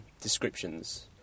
descriptions